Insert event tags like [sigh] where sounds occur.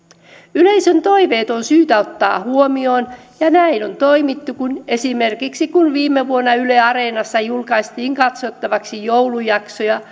yleisön toiveet on syytä ottaa huomioon ja näin on toimittu esimerkiksi kun viime vuonna yle areenassa julkaistiin katsottavaksi joulujaksoja [unintelligible]